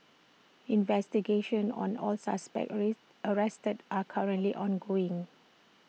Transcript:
investigations on all suspects arrested are currently ongoing